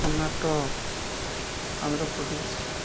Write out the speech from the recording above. Karnataka Andhra Pradesh